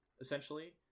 essentially